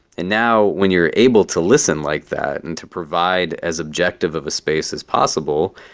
and now when you're able to listen like that and to provide as objective of a space as possible,